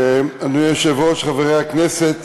אדוני היושב-ראש, חברי הכנסת